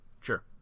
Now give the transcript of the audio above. Sure